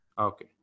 Okay